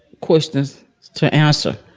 questions to answer.